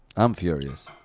i'm furious.